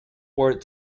word